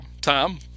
Tom